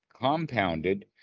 compounded